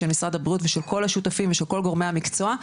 של משרד הבריאות ושל כל השותפים ושל כל גורמי המקצוע,